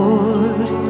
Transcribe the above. Lord